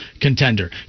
contender